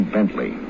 Bentley